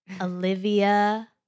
Olivia